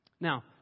Now